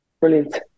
Brilliant